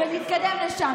ונתקדם לשם.